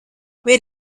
wait